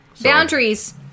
Boundaries